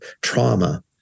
trauma